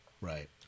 right